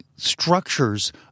structures